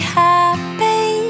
happy